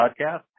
podcast